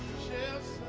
shares